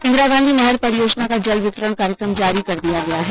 इंदिरा गांधी नहर परियोजना का जल वितरण कार्यक्रम जारी कर दिया गया है